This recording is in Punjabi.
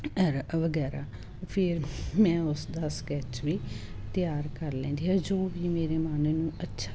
ਐਰਾ ਵਗੈਰਾ ਫਿਰ ਮੈਂ ਉਸ ਦਾ ਸਕੈਚ ਵੀ ਤਿਆਰ ਕਰ ਲੈਂਦੀ ਹਾਂ ਜੋ ਵੀ ਮੇਰੇ ਮਨ ਨੂੰ ਅੱਛਾ